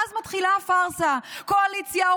ואז מתחילה הפארסה: קואליציה,